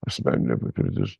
asmeninė patirtis